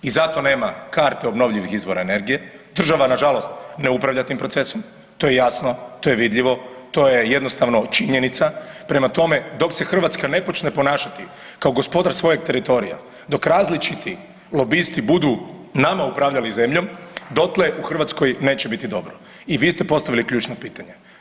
I zato nema karte obnovljivih izvora energije, država nažalost ne upravlja tim procesom, to je jasno, to je vidljivo, to je jednostavno činjenica, prema tome, dok se Hrvatska ne počne ponašati kao gospodar svojeg teritorija dok različiti lobisti budu nama upravljali zemljom, dotle u Hrvatskoj neće biti dobro i vi ste postavili ključno pitanje.